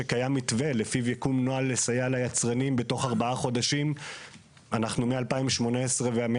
הוועדה דאז חברת הכנסת מיקי חיימוביץ שהוועדה מבקשת לקבל